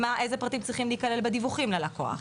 איזה פרטים צריכים להיכלל בדיווחים ללקוח?